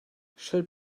should